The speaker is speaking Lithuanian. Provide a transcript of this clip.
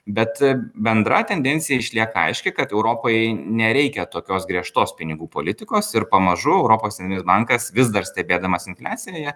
bet bendra tendencija išlieka aiški kad europai nereikia tokios griežtos pinigų politikos ir pamažu europos centrinis bankas vis dar stebėdamas infliacinėje